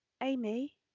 amy